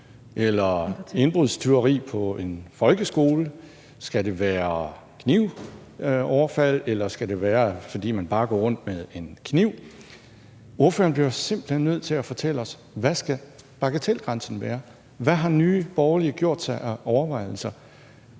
eller indbrudstyveri på en folkeskole? Skal det være et knivoverfald, eller skal det være, fordi man bare går rundt med en kniv? Ordføreren bliver jo simpelt hen nødt til at fortælle os: Hvad skal bagatelgrænsen være? Hvad har Nye Borgerlige gjort sig af overvejelser?